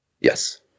Yes